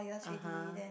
(uh huh)